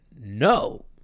no